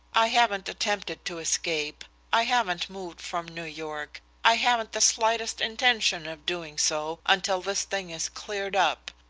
i haven't attempted to escape. i haven't moved from new york. i haven't the slightest intention of doing so until this thing is cleared up.